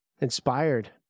inspired